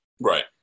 right